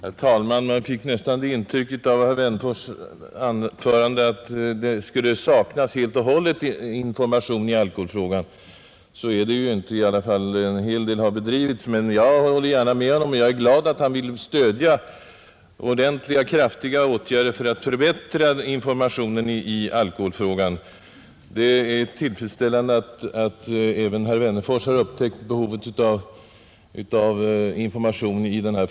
Herr talman! Av herr Wennerfors” anförande fick man nästan det intrycket att det helt och hållet saknas information i alkoholfrågan. Så är det ju inte. Men jag håller med om att det ännu fordras mycket, och jag är glad över att herr Wennerfors vill stödja strävandena att vidta kraftiga åtgärder för att förbättra informationen i alkoholfrågan. Det är tillfredsställande att även herr Wennerfors har upptäckt behovet av information därvidlag.